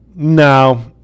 No